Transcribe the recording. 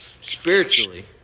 spiritually